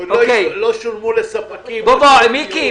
לא שילמו לספקים --- מיקי,